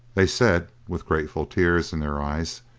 they said, with grateful tears in their eyes,